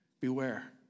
beware